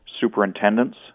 superintendents